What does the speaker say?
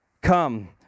Come